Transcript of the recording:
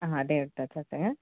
ஆ அதையும் எடுத்து வச்சாச்சுங்க